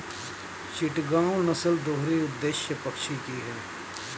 चिटगांव नस्ल दोहरी उद्देश्य पक्षी की है